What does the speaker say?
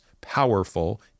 powerful